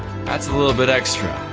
that's a little bit extra.